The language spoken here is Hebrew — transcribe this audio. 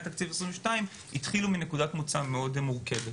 תקציב 2022 התחילו מנקודת מוצא מאוד מורכבת.